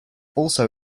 also